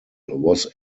was